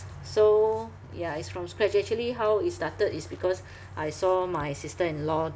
so ya it's from scratch actually how it started is because I saw my sister in-law